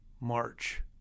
march